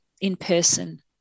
in-person